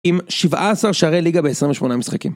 עם 17 שערי ליגה ב-28 משחקים.